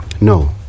No